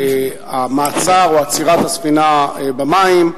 המעצר או עצירת הספינה במים,